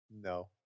No